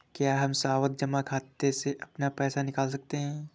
क्या हम सावधि जमा खाते से अपना पैसा निकाल सकते हैं?